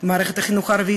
מערכת החינוך הערבית,